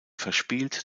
verspielt